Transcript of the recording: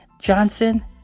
Johnson